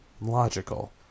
logical